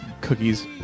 cookies